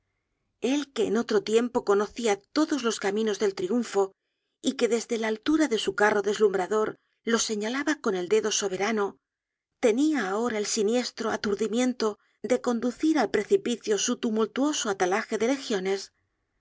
él que en otro tiempo conocia todos los caminos del triunfo y que desde la altura de su carro deslumbrador los señalaba con el dedo soberano tenia ahora el siniestro aturdimiento de conducir al precipicio su tumultuoso atalaje de legiones